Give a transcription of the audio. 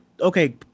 okay